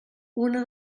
una